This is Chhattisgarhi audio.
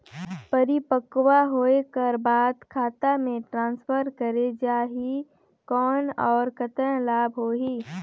परिपक्व होय कर बाद खाता मे ट्रांसफर करे जा ही कौन और कतना लाभ होही?